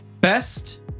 Best